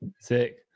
Sick